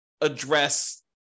address